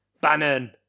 Bannon